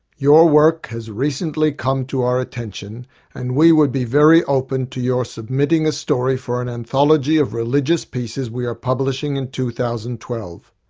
your work has recently come to our attention and we would be very open to your submitting a story for an anthology of religious pieces we are publishing in two thousand and twelve.